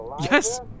Yes